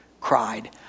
cried